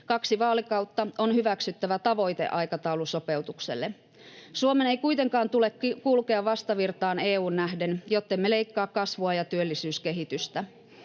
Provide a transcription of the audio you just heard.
Kaksi vaalikautta on hyväksyttävä tavoiteaikataulu sopeutukselle. Suomen ei kuitenkaan tule kulkea vastavirtaan EU:hun nähden, jottemme leikkaa kasvua ja työllisyyskehitystä.